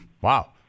Wow